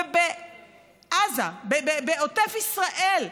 ובעזה, בעוטף ישראל,